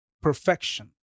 perfection